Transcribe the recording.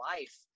life